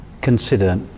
consider